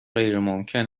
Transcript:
غیرممکن